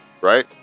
right